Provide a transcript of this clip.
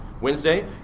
Wednesday